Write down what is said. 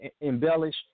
embellish